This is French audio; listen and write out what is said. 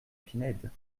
pinède